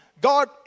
God